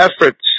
efforts